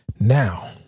Now